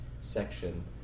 section